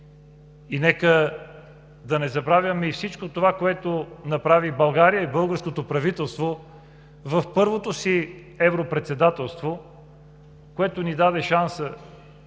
Нека да не забравяме всичко това, което направи България и българското правителство в първото си Европредседателство, което ни даде шанса